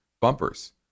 bumpers